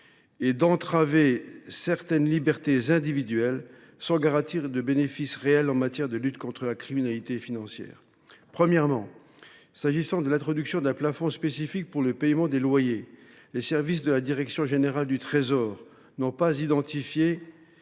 et d’entraver certaines libertés individuelles, sans garantir de bénéfice réel en matière de lutte contre la criminalité financière. Premièrement, en ce qui concerne l’introduction d’un plafond spécifique pour le paiement des loyers, les services de la direction générale du Trésor n’ont pas identifié